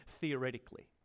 theoretically